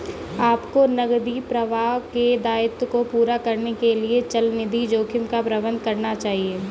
आपको नकदी प्रवाह के दायित्वों को पूरा करने के लिए चलनिधि जोखिम का प्रबंधन करना चाहिए